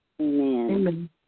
Amen